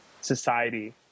society